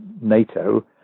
NATO